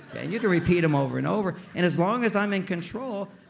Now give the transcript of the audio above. and you can repeat them over and over and as long as i'm in control,